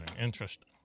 Interesting